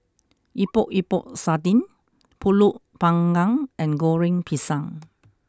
Epok Epok Sardin Pulut Panggang and Goreng Pisang